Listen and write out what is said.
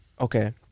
okay